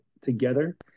together